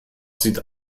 sieht